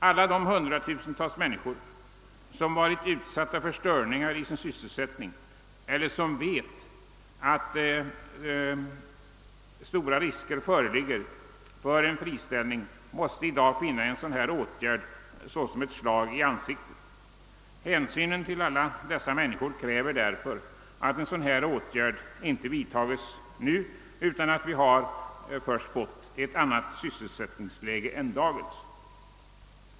Alla de hundratusentals människor som varit utsatta för störningar i sin sysselsättning eller som vet att stora risker föreligger för en friställning måste i dag finna en sådan här åtgärd vara ett slag i ansiktet. Hän synen till alla dessa människor kräver därför att denna åtgärd inte nu vidtages utan att vi väntar tills vi fått ett annat sysselsättningsläge än dagens.